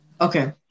Okay